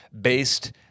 based